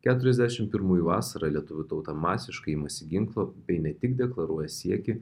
keturiasdešim pirmųjų vasarą lietuvių tauta masiškai imasi ginklo bei ne tik deklaruoja siekį